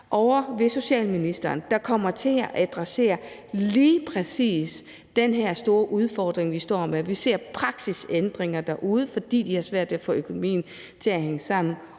ovre ved socialministeren, der kommer til at adressere lige præcis den her store udfordring, vi står med. Kl. 11:41 Vi ser praksisændringer derude, fordi de har svært ved at få økonomien til at hænge sammen,